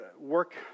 work